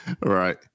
right